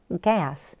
gas